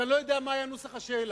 כי אני לא יודע מה היה נוסח השאלה,